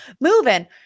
moving